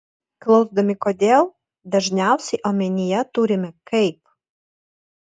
klausdami kodėl dažniausiai omenyje turime kaip